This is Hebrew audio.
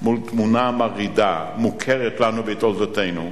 מול תמונה מרעידה, מוכרת לנו בתולדותינו,